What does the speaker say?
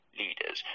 leaders